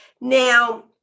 Now